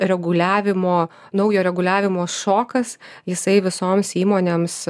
reguliavimo naujo reguliavimo šokas jisai visoms įmonėms